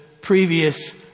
previous